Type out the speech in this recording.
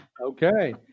Okay